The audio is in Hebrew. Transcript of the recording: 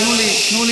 תנו לי רק,